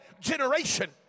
generation